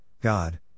God